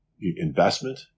investment